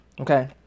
Okay